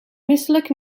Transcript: misselijk